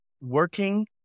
working